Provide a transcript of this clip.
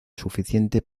suficiente